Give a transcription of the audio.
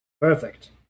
Perfect